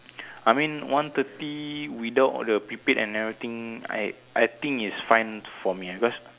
I mean one thirty without the prepaid and everything I I think is fine for me ah because